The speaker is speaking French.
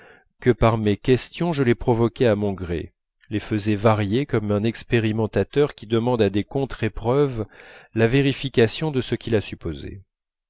que par mes questions je les provoquais à mon gré les faisais varier comme un expérimentateur qui demande à des contre épreuves la vérification de ce qu'il a supposé